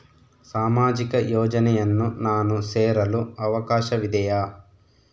ಸಾಮಾಜಿಕ ಯೋಜನೆಯನ್ನು ನಾನು ಸೇರಲು ಅವಕಾಶವಿದೆಯಾ?